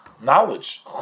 knowledge